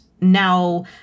now